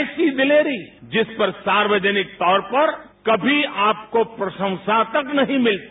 ऐसी दिलेरी जिस पर सार्वजनिक तौर पर कभी आपको प्रशंसा तक नहीं मिलती